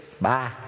bye